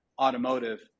automotive